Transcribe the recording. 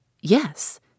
Yes